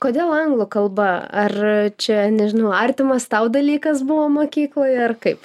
kodėl anglų kalba ar čia nežinau artimas tau dalykas buvo mokykloje ar kaip